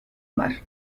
mar